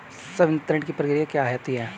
संवितरण की प्रक्रिया क्या होती है?